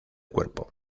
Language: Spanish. cuerpo